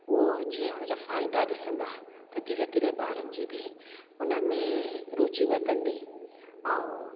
उहो जीअं उनजा फ़ाइदा ॾिसंदा त धीरे धीरे ॿारनि जी बि हुनमें रुचि वधंदी ऐं